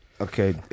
Okay